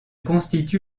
constitue